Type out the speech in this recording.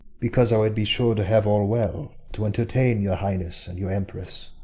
because i would be sure to have all well to entertain your highness and your empress.